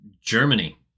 Germany